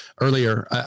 earlier